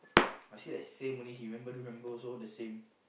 I say like same only he remember don't remember also the same